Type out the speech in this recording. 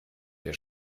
der